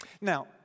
Now